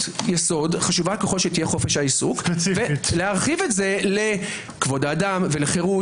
יסוד חשובה ככל שתהיה להרחיב את זה לכבוד האדם ולחירות